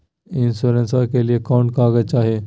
इंसोरेंसबा के लिए कौन कागज चाही?